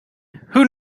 who